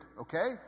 okay